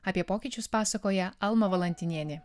apie pokyčius pasakoja alma valantinienė